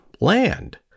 land